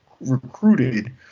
recruited